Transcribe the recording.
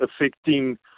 affecting